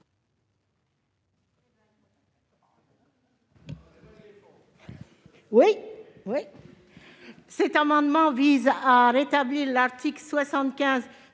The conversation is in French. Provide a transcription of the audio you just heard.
ministre. Cet amendement vise à rétablir l'article 76